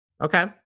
Okay